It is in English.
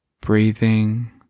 Breathing